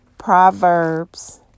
Proverbs